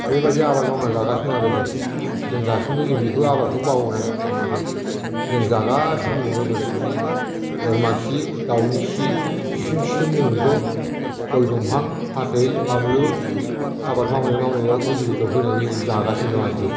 बेबायदि आबाद मावनानै जागासिनो दं आरो जों जों दासिमबो जों बेखौ आबादखौ बावनानै थाङाखै जों जागासिनो दं गोबोरखि बोरमाखि दाउनिखि सिबथुम सिबथुम जों बेखौ गय दंफां फाथै बानलु आबाद मावनाय मावनायाव गुदि गुदियाव होयै होयै जागासिनो दं आरो जों